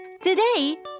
Today